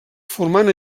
formant